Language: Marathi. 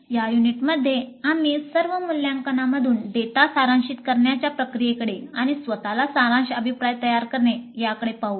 या युनिटमध्ये आम्ही सर्व मूल्यांकनांमधून डेटा सारांशित करण्याच्या प्रक्रियेकडे आणि स्वत ला सारांश अभिप्राय तयार करणे याकडे पाहू